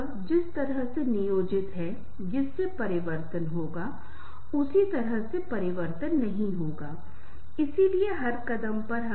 इसलिए टूटना और विकसित होना इन दोनों मामलों में संबंध बनाना जो महत्वपूर्ण है वह संचार बहुत महत्वपूर्ण भूमिका निभा रहा है